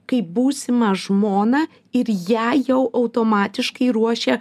kaip būsimą žmoną ir ją jau automatiškai ruošia